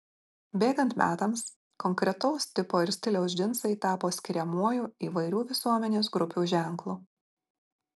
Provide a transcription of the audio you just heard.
bėgant metams konkretaus tipo ir stiliaus džinsai tapo skiriamuoju įvairių visuomenės grupių ženklu